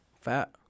fat